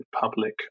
public